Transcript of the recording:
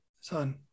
son